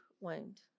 wound